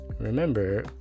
Remember